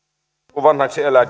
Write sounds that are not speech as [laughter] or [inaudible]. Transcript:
kun vanhaksi elää [unintelligible]